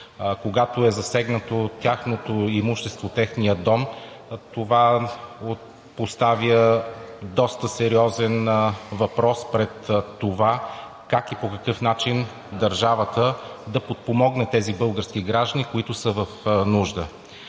когато е засегнато тяхното имущество, техният дом, това поставя доста сериозен въпрос: как и по какъв начин държавата да подпомогне тези български граждани, които са в нужда?